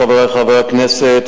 חברי חברי הכנסת,